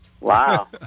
Wow